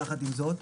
יחד עם זאת,